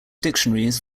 dictionaries